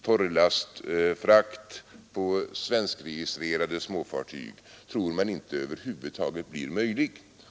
Torrlastfrakt på svenskregistrerade småfartyg tror man inte blir möjlig.